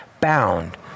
bound